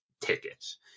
tickets